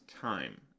time